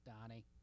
Donnie